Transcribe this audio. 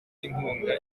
inkunga